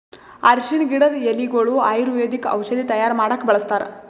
ಅರ್ಷಿಣ್ ಗಿಡದ್ ಎಲಿಗೊಳು ಆಯುರ್ವೇದಿಕ್ ಔಷಧಿ ತೈಯಾರ್ ಮಾಡಕ್ಕ್ ಬಳಸ್ತಾರ್